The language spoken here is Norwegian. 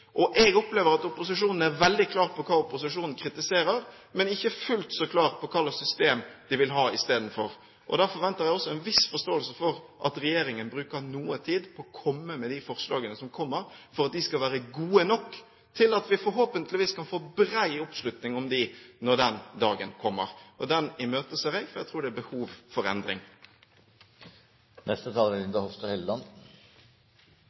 Jeg opplever at opposisjonen er veldig klar på hva opposisjonen kritiserer, men ikke fullt så klar på hva slags system de vil ha isteden. Da forventer jeg også en viss forståelse for at regjeringen bruker noe tid på de forslagene som kommer, for at de skal være gode nok til at vi forhåpentligvis kan få bred oppslutning om dem når den dagen kommer. Og den dagen imøteser jeg, for jeg tror det er behov for endring.